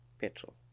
petrol